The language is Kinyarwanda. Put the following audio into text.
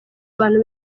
abantu